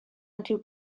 unrhyw